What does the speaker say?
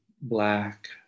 black